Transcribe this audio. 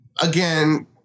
again